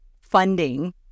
funding